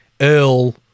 earl